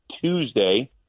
Tuesday